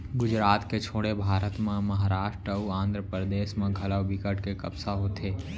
गुजरात के छोड़े भारत म महारास्ट अउ आंध्रपरदेस म घलौ बिकट के कपसा होथे